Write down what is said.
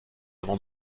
avant